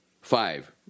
Five